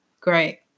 great